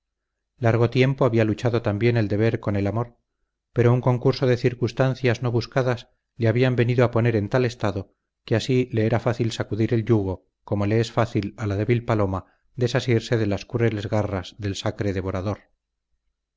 largo tiempo había luchado también el deber con el amor pero un concurso de circunstancias no buscadas le habían venido a poner en tal estado que así le era fácil sacudir el yugo como le es fácil a la débil paloma desasirse de las crueles garras del sacre devorador